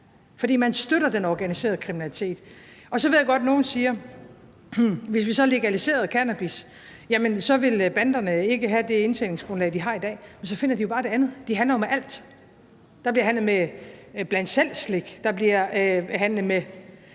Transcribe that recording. for man støtter den organiserede kriminalitet. Så ved jeg godt, at nogle siger: Hvis vi så legaliserede cannabis, ville banderne ikke have det indtjeningsgrundlag, de har i dag. Man så finder de jo bare et andet, for de handler jo med alt. Der bliver handlet med bland selv-slik; der bliver handlet med